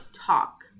talk